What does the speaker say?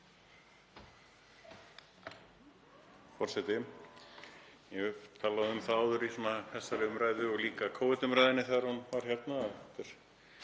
Það er það